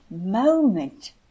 moment